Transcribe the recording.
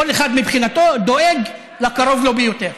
כל אחד מבחינתו דואג לקרוב לו ביותר.